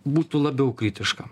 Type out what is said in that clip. būtų labiau kritiška